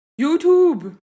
YouTube